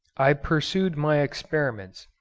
i pursued my experiments,